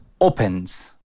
opens